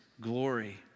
glory